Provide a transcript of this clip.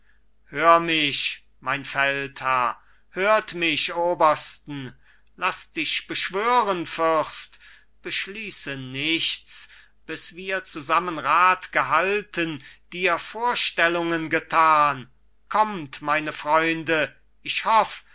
hör mich mein feldherr hört mich obersten laß dich beschwören fürst beschließe nichts bis wir zusammen rat gehalten dir vorstellungen getan kommt meine freunde ich hoff